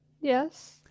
Yes